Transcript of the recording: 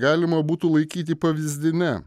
galima būtų laikyti pavyzdine